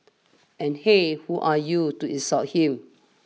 and hey who are you to insult him